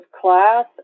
class